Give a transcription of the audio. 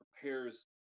prepares